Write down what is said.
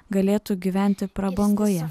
galėtų gyventi prabangoje